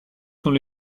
sont